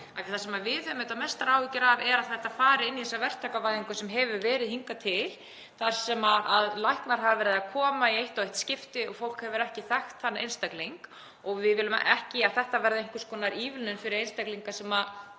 Það sem við höfum mestar áhyggjur af er að þetta fari inn í þessa verktakavæðingu sem hefur verið hingað til þar sem læknar hafa verið eða koma í eitt og eitt skipti og fólk hefur ekki þekkt þann einstakling. Við viljum ekki að þetta verði einhvers konar ívilnun fyrir einstaklinga sem